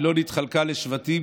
היא לא נתחלקה לשבטים,